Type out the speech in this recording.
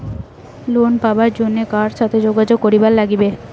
Loan পাবার জন্যে কার সাথে যোগাযোগ করিবার লাগবে?